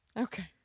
okay